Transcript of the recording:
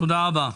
תודה רבה.